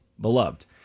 beloved